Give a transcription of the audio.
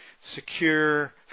secure